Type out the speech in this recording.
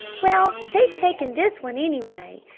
well, they've taken this one, anyway!